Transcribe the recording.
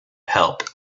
help